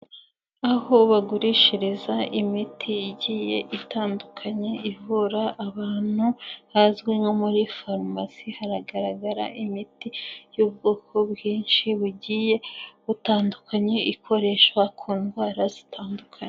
Aho bagurishiriza imiti igiye itandukanye, ivura abantu, hazwi nko muri farumasi, haragaragara imiti y'ubwoko bwinshi bugiye butandukanye, ikoreshwa ku ndwara zitandukanye.